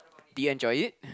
did you enjoy it